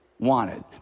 wanted